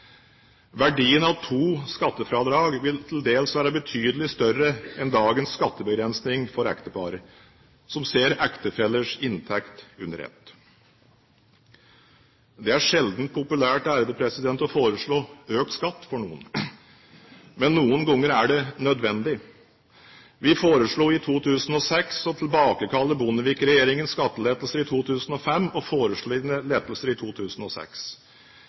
Verdien av to skattefradrag vil til dels være betydelig større enn dagens skattebegrensning for ektepar, som ser ektefellers inntekt under ett. Det er sjelden populært å foreslå økt skatt for noen. Men noen ganger er det nødvendig. Vi foreslo i 2006 å tilbakekalle Bondevik-regjeringens skattelettelser i 2005 og foreslåtte lettelser i 2006.